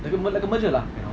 like a like a merger lah you know